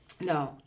No